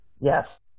Yes